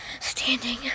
standing